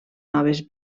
noves